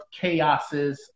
chaoses